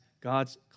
God's